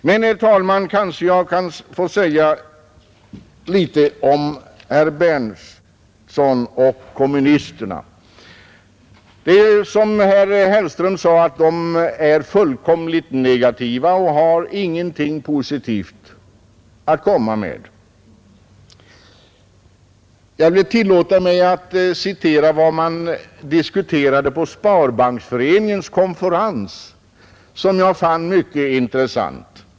Men, herr talman, kanske jag kan få säga litet om herr Berndtson och kommunisterna, Det är som herr Hellström sade, att de är fullkomligt negativa och har ingenting positivt att komma med. Jag tillåter mig att återge vad man diskuterade på Sparbanksföreningens konferens, som jag fann mycket intressant.